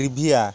trivia